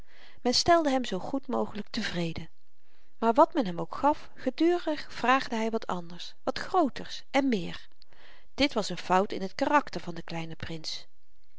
men stelde hem zoo goed mogelyk tevreden maar wat men hem ook gaf gedurig vraagde hy wat anders wat grooters en méér dit was n fout in t karakter van den kleinen prins